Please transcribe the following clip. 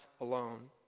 alone